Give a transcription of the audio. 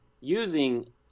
using